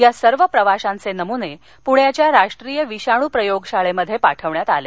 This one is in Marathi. या सर्व प्रवाशांचे नमूने प्ण्याच्या राष्ट्रीय विषाणू प्रयोगशाळेत पाठवण्यात आले